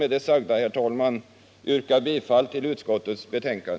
Med det sagda yrkar jag bifall till utskottets hemställan.